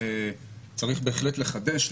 צריך בהחלט לחדש,